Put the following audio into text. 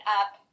up